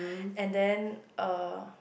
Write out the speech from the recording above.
and then uh